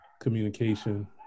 communication